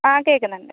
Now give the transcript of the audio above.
ആ കേൾക്കുന്നുണ്ട്